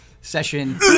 session